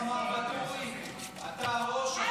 לוועדת הכספים נתקבלה.